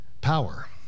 power